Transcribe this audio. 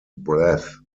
breath